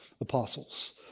apostles